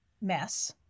mess